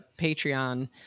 Patreon